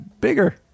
bigger